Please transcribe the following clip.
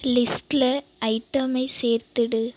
லிஸ்ட்டில் ஐயிட்டமை சேர்த்துவிடு